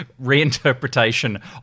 reinterpretation